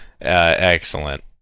excellent